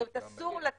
זאת אומרת, אסור לתת?